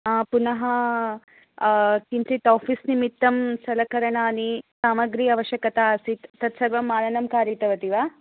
पुनः किञ्चित् आफ़ीस् निमित्तं सलकरणानि सामग्री आवश्यकमासीत् तत्सर्वम् आनयनं कृतवती वा